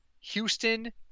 Houston